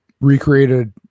recreated